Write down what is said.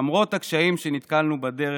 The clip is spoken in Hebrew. למרות הקשיים שנתקלנו בהם בדרך,